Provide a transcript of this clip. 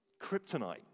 kryptonite